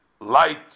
light